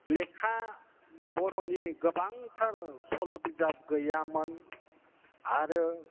लेखा बर'नि गोबांथार सल' बिजाब गैयामोन आरो